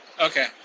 Okay